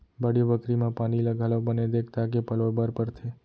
बाड़ी बखरी म पानी ल घलौ बने देख ताक के पलोय बर परथे